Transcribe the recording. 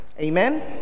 amen